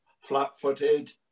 flat-footed